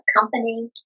company